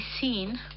seen